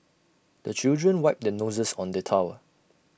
the children wipe their noses on the towel